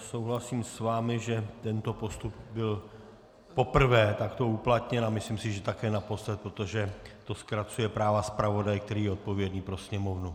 Souhlasím s vámi, že tento postup byl poprvé takto uplatněn, a myslím si, že také naposled, protože to zkracuje práva zpravodaje, který je odpovědný pro Sněmovnu.